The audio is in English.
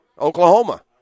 Oklahoma